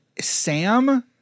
Sam